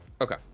Okay